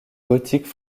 gothique